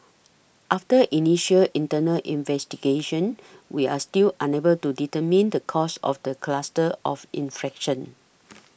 after initial internal investigation we are still unable to determine the cause of the cluster of inflection